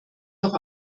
doch